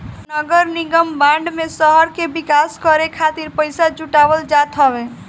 नगरनिगम बांड में शहर के विकास करे खातिर पईसा जुटावल जात हवे